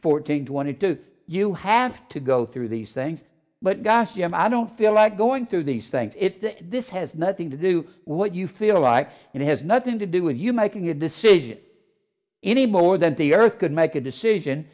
fourteen wanted to you have to go through these things but gosh you know i don't feel like going through these things this has nothing to do what you feel like it has nothing to do with you making a decision any more than the earth could make a decision